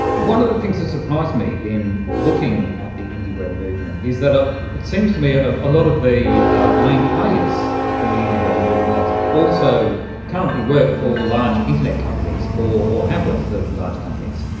one of the things that surprised me in looking at the indie web movement is that ah it seems to me ah a ah lot of the ah main players in the indie web movement also currently work for large internet companies or have worked for large companies.